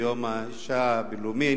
ביום האשה הבין-לאומי,